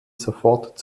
sofort